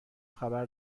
خبر